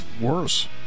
Worse